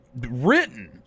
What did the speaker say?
written